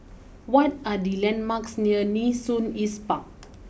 what are the landmarks near Nee Soon East Park